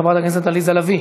חברת הכנסת עליזה לביא,